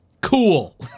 Cool